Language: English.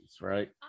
right